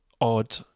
odd